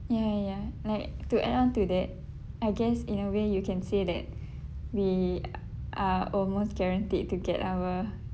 ya ya ya like to add on to that I guess in a way you can say that we are almost guaranteed to get our